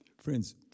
friends